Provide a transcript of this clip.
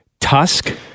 Tusk